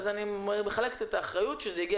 אז אני מחלקת את האחריות לכך שזה הגיע